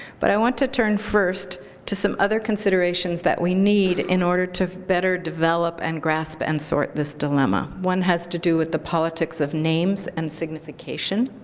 but i want to turn first to some other considerations that we need in order to better develop and grasp and sort this dilemma. one has to do with the politics of names and signification.